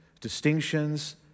distinctions